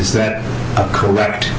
is that correct